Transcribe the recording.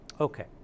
Okay